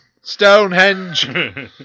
Stonehenge